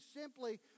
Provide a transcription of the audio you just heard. simply